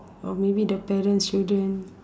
or maybe the parents children